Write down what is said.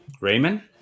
Raymond